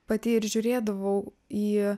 pati ir žiūrėdavau į